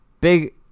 Big